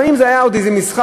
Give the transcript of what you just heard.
לפעמים זה היה עוד איזה משחק.